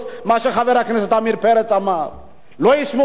לא ישמעו מה שאני אומר, לא ישמעו את מה שאתה אומר.